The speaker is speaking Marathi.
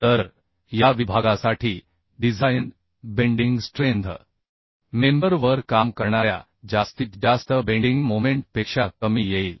तर या विभागासाठी डिझाइन बेंडिंग स्ट्रेंथ मेंबर वर काम करणाऱ्या जास्तीत जास्त बेंडिंग मोमेंट पेक्षा कमी येईल